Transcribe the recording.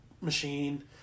machine